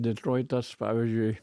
detroitas pavyzdžiui